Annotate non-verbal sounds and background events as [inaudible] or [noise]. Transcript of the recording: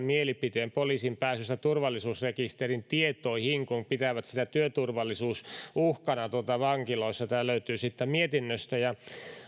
[unintelligible] mielipiteen poliisin pääsystä turvallisuusrekisterin tietoihin kun pitävät sitä työturvallisuusuhkana vankiloissa tämä löytyy siitä mietinnöstä